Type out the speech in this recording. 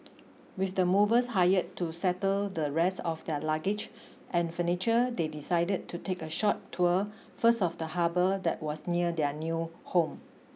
with the movers hired to settle the rest of their luggage and furniture they decided to take a short tour first of the harbour that was near their new home